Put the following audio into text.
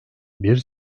bir